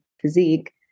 physique